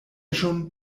schon